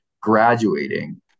graduating